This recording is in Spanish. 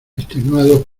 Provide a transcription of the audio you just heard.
extenuados